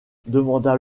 demanda